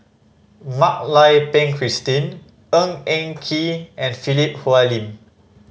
Mak Lai Peng Christine Ng Eng Kee and Philip Hoalim